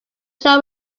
shall